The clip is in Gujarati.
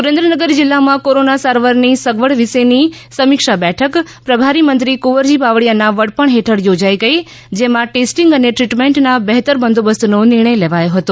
સુરેન્દ્રનગર જિલ્લામાં કોરોના સારવારની સગવડ વિષેની સમિક્ષા બેઠક પ્રભારી મંત્રી કુંવરજી બાવળીયાના વડપણ હેઠળ યોજાઈ ગઈ જેમાં ટેસ્ટિંગ અને ટ્રીટમેન્ટના બહેતર બંદોબસ્તનો નિર્ણય લેવાયો હતો